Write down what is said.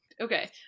okay